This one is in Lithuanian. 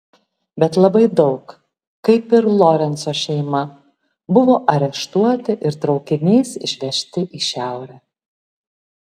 bet labai daug kaip ir lorenco šeima buvo areštuoti ir traukiniais išvežti į šiaurę